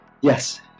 Yes